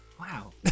Wow